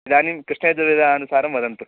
इदानीं कृष्णयजुर्वेदानुसारं वदन्तु